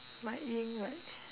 my ink like